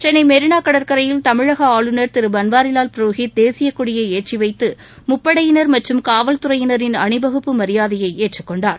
சென்னை மெரீனா கடற்கரையில் தமிழக ஆளுநர் திரு பன்வாரிலால் புரோகித் தேசியக்கொடியை ஏற்றிவைத்து முப்படையினர் மற்றும் காவல்துறையினரின் அணிவகுப்பு மரியாதையை ஏற்றுக்கொண்டார்